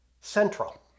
central